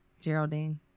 Geraldine